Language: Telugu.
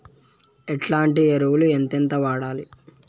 ఎట్లాంటి ఎరువులు ఎంతెంత వాడాలి?